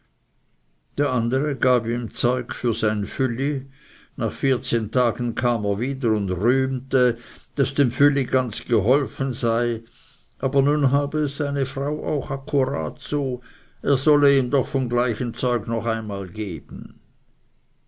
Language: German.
der andere gab ihm zeug für sein fülli nach vierzehn tagen kam er wieder und rühmte daß dem fülli ganz geholfen sei aber nun habe es seine frau auch akurat so er solle ihm doch vom gleichen zeug noch einmal geben